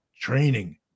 training